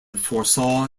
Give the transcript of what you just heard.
foresaw